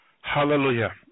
Hallelujah